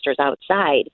outside